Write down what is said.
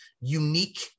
unique